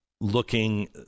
looking